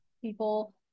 people